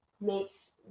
makes